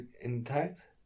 intact